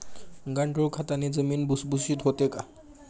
गांडूळ खताने जमीन भुसभुशीत होते का?